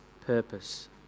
purpose